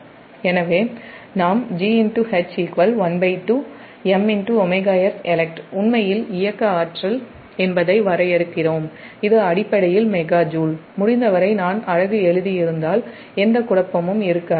எனவே நாம் G Hஉண்மையில் இயக்க ஆற்றல் என்பதை வரையறுக்கிறோம் இது அடிப்படையில் மெகா ஜூல் முடிந்தவரை நான் அலகு எழுதியிருந்தால் எந்த குழப்பமும் இருக்காது